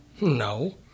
No